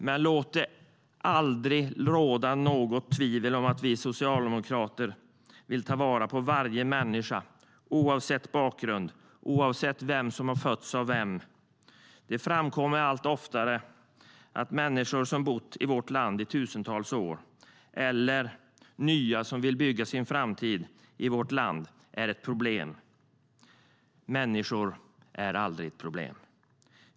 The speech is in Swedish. Men låt det aldrig råda något tvivel om att vi socialdemokrater vill ta vara på varje människa oavsett bakgrund, oavsett vem som har fötts av vem. Det framförs allt oftare att människor som bott i vårt land i tusentals år eller nyanlända som vill bygga sin framtid i vårt land är ett problem. Människor är aldrig ett problem.